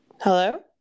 Hello